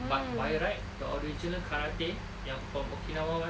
but by right the original karate yang from okinawan one